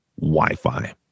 Wi-Fi